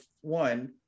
one